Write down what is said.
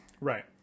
Right